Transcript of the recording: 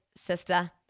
sister